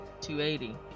280